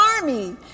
army